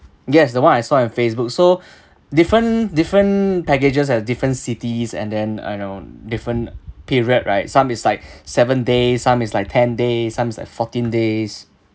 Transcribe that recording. yes the one I saw at facebook so different different packages at different cities and then uh know different period right some is like seven days some is like ten days some is like fourteen days